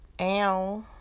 Ow